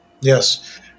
Yes